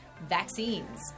vaccines